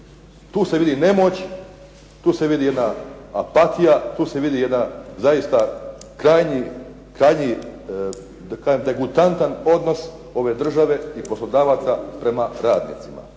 Tu se svidi nemoć, tu se vidi jedna apatija, tu se vidi jedna zaista krajnji, da kažem, degutantan odnos ove države i poslodavaca prema radnicima.